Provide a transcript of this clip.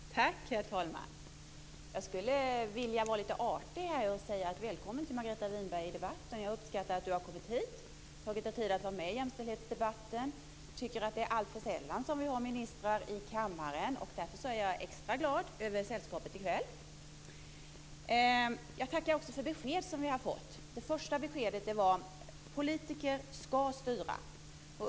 Herr talman! Jag skulle vilja vara lite artig och hälsa Margareta Winberg välkommen i debatten. Jag uppskattar att hon har kommit hit och tagit sig tid att vara med i jämställdhetsdebatten. Jag tycker att det är alltför sällan som vi har ministrar i kammaren. Därför är jag extra glad över sällskapet i kväll. Jag tackar också för de besked som vi har fått. Det första beskedet var att politiker ska styra.